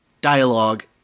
dialogue